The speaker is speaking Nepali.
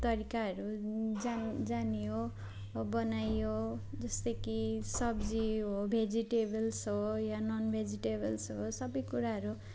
तरिकाहरू जान जानियो बनाइयो जस्तै कि सब्जी हो भेजिटेबल्स हो वा नन भेजिटेबल्स होस् सब कुराहरू